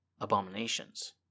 Abominations